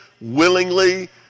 willingly